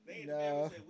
No